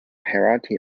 hierarchy